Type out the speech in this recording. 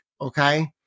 okay